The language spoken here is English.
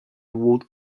would